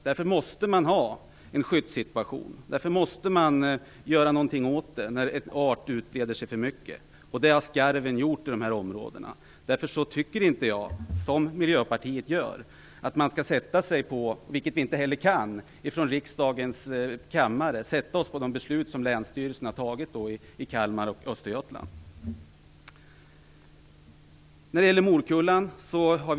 Det måste finnas en skyddssituation. Vi måste sätta in åtgärder när en art utbreder sig för mycket, som skarven har gjort i dessa områden. Jag tycker därför inte som Miljöpartiet att riksdagens kammare skall sätta sig över Länsstyrelsernas beslut i Kalmar och Östergötland. Riksdagen kan inte heller göra detta.